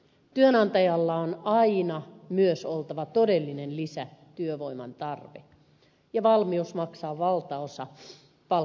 työnantajalla on aina myös oltava todellinen lisätyövoiman tarve ja valmius maksaa valtaosa palkkakustannuksista